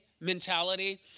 mentality